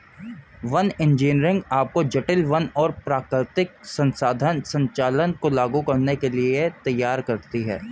one engineering आपको जटिल वन और प्राकृतिक संसाधन संचालन को लागू करने के लिए तैयार करती है